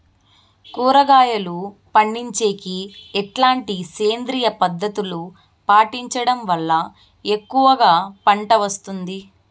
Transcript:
కూరగాయలు పండించేకి ఎట్లాంటి సేంద్రియ పద్ధతులు పాటించడం వల్ల ఎక్కువగా పంట వస్తుంది?